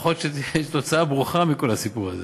לפחות תהיה תוצאה ברוכה מכל הסיפור הזה.